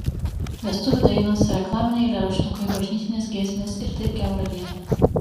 vestuvių dainos reklaminiai eilėraštukai bažnytinės giesmės ir taip kiaurą dieną